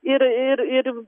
ir ir ir